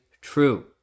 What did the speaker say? true